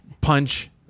punch